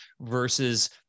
versus